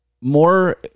More